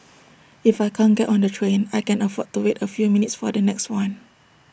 if I can't get on the train I can afford to wait A few minutes for the next one